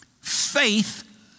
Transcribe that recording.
faith